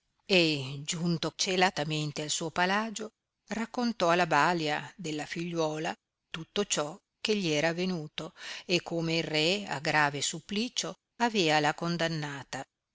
e giunto colatamente al suo palagio raccontò alla balia della figliuola tutto ciò che gli era avenuto e come il re a grave supplicio aveala condannata